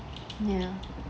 ya